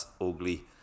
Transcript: ugly